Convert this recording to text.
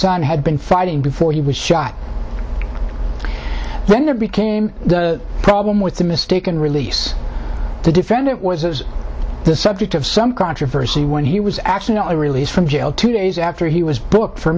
son had been fighting before he was shot when they became the problem with the mistaken release the defendant was the subject of some controversy when he was actually i released from jail two days after he was booked for